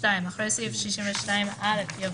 התשמ"ב 1982,"; (2) אחרי סעיף 62א יבוא: